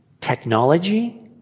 technology